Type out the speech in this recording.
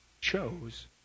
chose